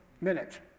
minute